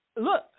look